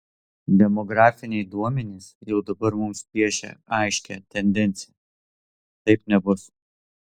demografiniai duomenys jau dabar mums piešia aiškią tendenciją taip nebus